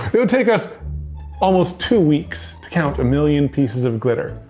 it would take us almost two weeks to count a million pieces of glitter,